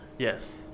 Yes